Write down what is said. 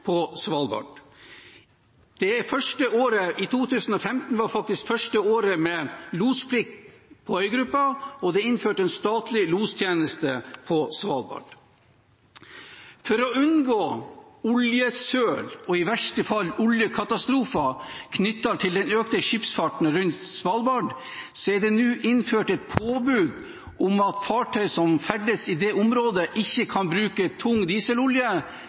på Svalbard. 2015 var faktisk det første året med losplikt på øygruppen, og det er innført en statlig lostjeneste på Svalbard. For å unngå oljesøl og i verste fall oljekatastrofer knyttet til den økte skipsfarten rundt Svalbard er det nå innført et påbud om at fartøy som ferdes i området, ikke kan bruke tung dieselolje,